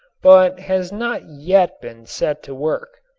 but has not yet been set to work.